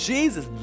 Jesus